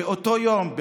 באותו יום,